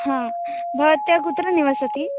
हा भवति कुत्र निवसति